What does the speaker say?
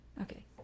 okay